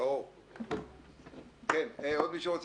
חבר הכנסת אלי אבידר, בבקשה.